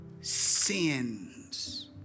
sins